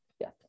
yes